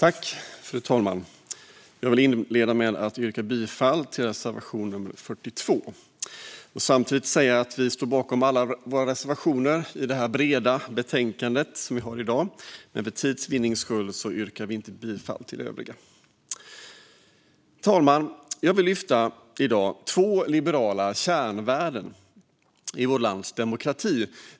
Fru talman! Jag yrkar bifall till reservation nummer 42. Jag står bakom alla våra reservationer i detta breda betänkande, men för tids vinning yrkar jag inte bifall till de övriga. Fru talman! Jag ska i dag lyfta två liberala kärnvärden i vårt lands demokrati.